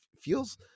feels